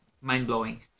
mind-blowing